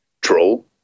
Troll